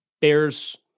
bears